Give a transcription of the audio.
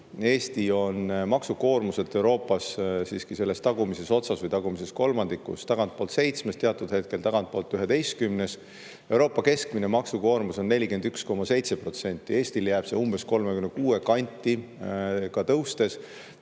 Eesti on maksukoormuselt Euroopas siiski tagumises otsas või tagumises kolmandikus, tagantpoolt 7., teatud hetkel tagantpoolt 11. Euroopa keskmine maksukoormus on 41,7%, Eestil jääb see umbes 36% kanti, ka tõustes.